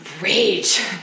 Rage